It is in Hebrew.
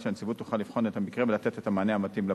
שהנציבות תוכל לבחון את המקרה ולתת את המענה המתאים לפונה.